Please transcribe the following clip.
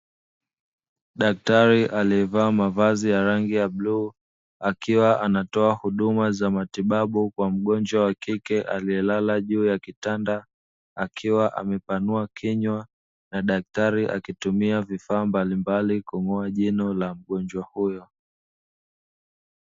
Daktari aliyevaa mavazi ya rangi ya bluu, akiwa anatoa huduma za matibabu kwa mgonjwa wa kike aliyelala juu ya kitanda, akiwa amepanua kinywa na daktari akitumia vifaa mbalimbali kung'oa jino la mgonjwa huyo.